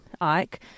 Ike